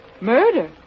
Murder